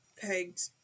pegged